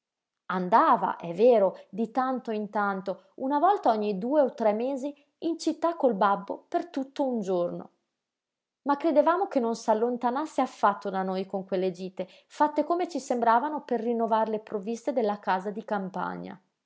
andava è vero di tanto in tanto una volta ogni due o tre mesi in città col babbo per tutto un giorno ma credevamo che non s'allontanasse affatto da noi con quelle gite fatte come ci sembravano per rinnovar le provviste della casa di campagna